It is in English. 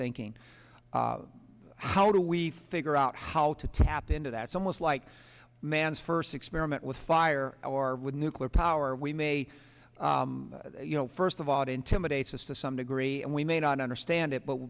thinking how do we figure out how to tap into that sum was like man's first experiment with fire or with nuclear power we may you know first of all it intimidates us to some degree and we may not understand it but